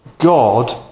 God